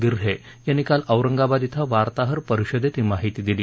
गिहें यांनी काल औरंगाबाद धिं वार्ताहर परिषदेत ही माहिती दिली